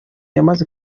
yamaze